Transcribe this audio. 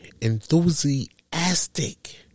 enthusiastic